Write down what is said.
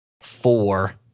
four